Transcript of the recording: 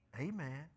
Amen